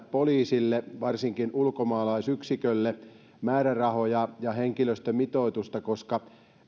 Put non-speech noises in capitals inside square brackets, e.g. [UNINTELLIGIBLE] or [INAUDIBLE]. [UNINTELLIGIBLE] poliisille varsinkin ulkomaalaisyksikölle määrärahoja ja henkilöstömitoitusta koska